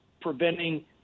preventing